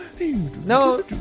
No